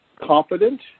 confident